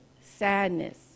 sadness